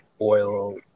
oil